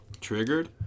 Triggered